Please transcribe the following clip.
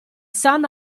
son